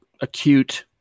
acute